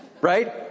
Right